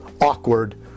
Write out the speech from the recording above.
awkward